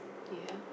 yeah